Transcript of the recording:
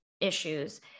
issues